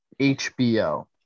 hbo